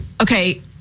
okay